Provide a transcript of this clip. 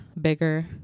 bigger